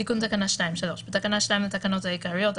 תיקון תקנה 2 3. בתקנה 2 לתקנות העיקריות,